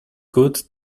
could